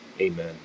Amen